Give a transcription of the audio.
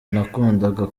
nakundaga